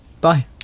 Bye